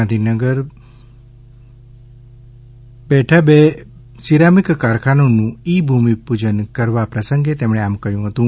ગાંધીનગર બેઠા બે સિરામિક કારખાનાનું ઈ ભૂમિપૂજન કરવા પ્રસંગે તેમણે આમ કહ્યું હતું